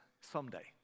someday